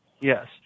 Yes